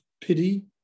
pity